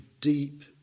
deep